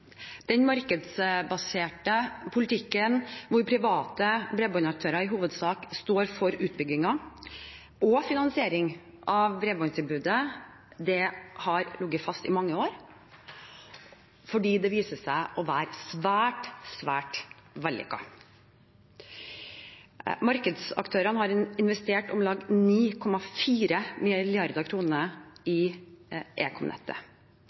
Den markedsbaserte politikken, hvor private bredbåndsaktører i hovedsak står for utbygging og finansiering av bredbåndstilbudet, har ligget fast i mange år, fordi det viser seg å være svært, svært vellykket. Markedsaktørene har investert om lag 9,4 mrd. kr i ekomnettet,